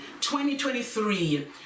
2023